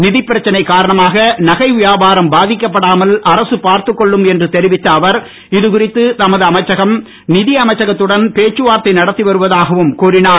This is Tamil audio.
நிதிப்பிரச்னை காரணமாக நகை வியாபாரம் பாதிக்கப்படாமல் அரசு பார்த்து கொள்ளும் என்று தெரிவித்த அவர் இதுகுறித்து தமது அமைச்சகம் நிதியமைச்சகத்துடன் பேச்சுவார்தை நடத்தி வருவதாகவும் கூறினார்